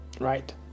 right